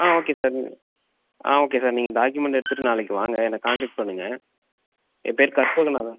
ஆ okay sir நீங்கள் ஆ okay sir நீங்கள் டாக்குமெண்ட் எடுத்துட்டு நாளைக்கு வாங்க என்னை காண்டக்ட் பண்ணுங்கள் என் பேர் கற்பகநாதன்